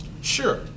Sure